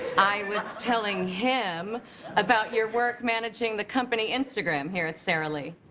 i was telling him about your work managing the company instagram here at sara lee.